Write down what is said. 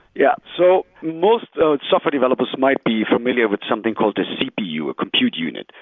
yeah. so most ah software developers might be familiar with something called the cpu, a compute unit,